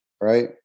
Right